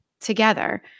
together